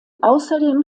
außerdem